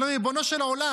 אני אומר: ריבונו של עולם,